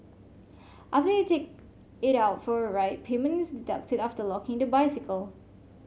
after you take it out for a ride payment is deducted after locking the bicycle